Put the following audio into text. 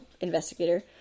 investigator